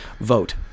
vote